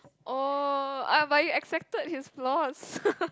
oh ah but you accepted his flaws